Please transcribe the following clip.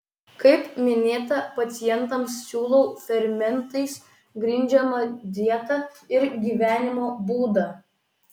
kaip minėta pacientams siūlau fermentais grindžiamą dietą ir gyvenimo būdą